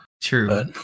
True